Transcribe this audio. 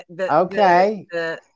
Okay